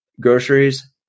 groceries